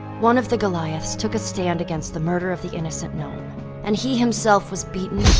one of the goliaths took a stand against the murder of the innocent gnome and he himself was beaten,